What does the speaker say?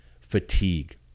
fatigue